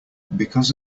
because